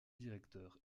directeur